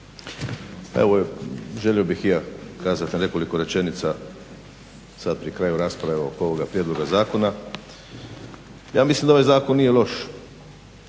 evo želio bih i ja kazat nekoliko rečenica sad pri kraju rasprave oko ovoga prijedloga zakona. Ja mislim da ovaj zakon nije loš